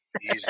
easy